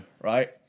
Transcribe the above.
right